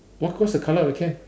what what's colour of the can